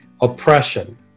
oppression